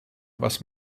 was